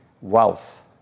wealth